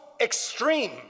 extreme